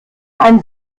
ein